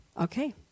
Okay